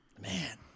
Man